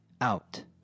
out